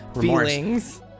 feelings